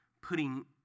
putting